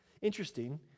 Interesting